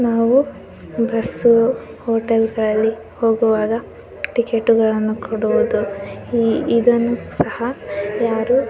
ನಾವು ಬಸ್ಸು ಹೋಟೆಲ್ಗಳಲ್ಲಿ ಹೋಗುವಾಗ ಟಿಕೇಟುಗಳನ್ನು ಕೊಡುವುದು ಈ ಇದನ್ನು ಸಹ ಯಾರು